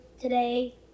today